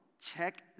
Check